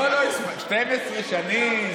12 שנים?